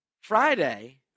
Friday